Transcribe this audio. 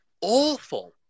awful